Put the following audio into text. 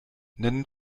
nennen